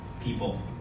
people